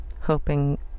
hoping